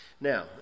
Now